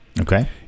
okay